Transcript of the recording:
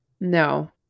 No